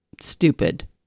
stupid